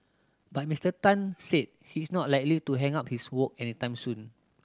but Mister Tan said he is not likely to hang up his wok anytime soon